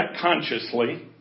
consciously